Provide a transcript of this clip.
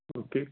okay